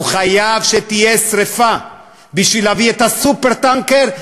הוא חייב שתהיה שרפה בשביל להביא את ה"סופר-טנקר",